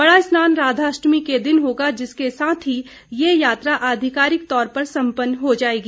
बड़ा स्नान राधाअष्टमी के दिन होगा जिसके साथ ही ये यात्रा आधिकारिक तौर पर सम्पन्न हो जायेगी